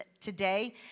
today